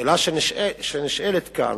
השאלה שנשאלת כאן,